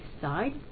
side